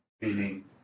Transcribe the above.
meaning